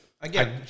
again